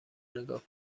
نگاه